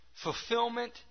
fulfillment